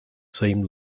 same